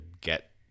get